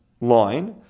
line